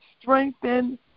strengthen